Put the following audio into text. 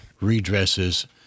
redresses